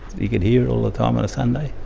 you could hear it all the time on a sunday,